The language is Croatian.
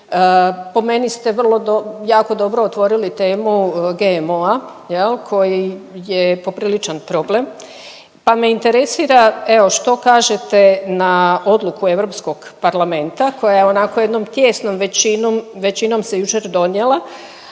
po meni ste vrlo do… jako dobro otvorili temu GMO-a jel koji je popriličan problem, pa me interesira evo što kažete na odluku Europskog parlamenata koja onako jednom tijesnom većinom se jučer donijela,